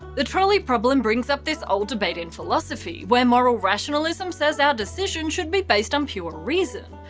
the trolley problem brings up this old debate in philosophy, where moral rationalism says our decisions should be based on pure reason.